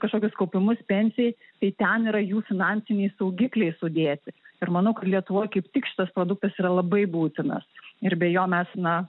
kažkokius kaupimus pensijai į ten yra jų finansiniai saugikliai sudėti ir manau kad lietuvoj kaip tik šitas produktas yra labai būtinas ir be jo mes na